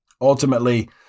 Ultimately